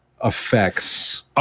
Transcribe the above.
affects